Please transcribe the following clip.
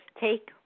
take